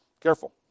Careful